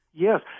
Yes